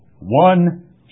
one